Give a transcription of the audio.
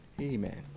Amen